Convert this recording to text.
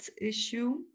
issue